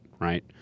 right